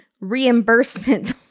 reimbursement